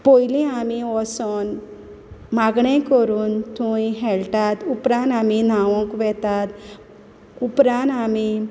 पोयलीं आमी वोसोन मागणें करून थोंयी खेळटात उपरांत आमी न्हांवोंक वेतात उपरांत आमी